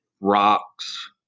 rocks